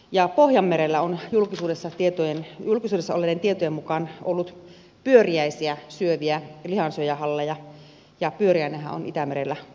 ja pohjanmerellä on julkisuudessa olleiden tietojen mukaan ollut pyöriäisiä syöviä lihansyöjähalleja ja pyöriäinenhän on itämerellä uhanalainen